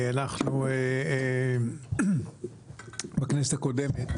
בכנסת הקודמת